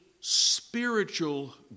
spiritual